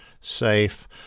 safe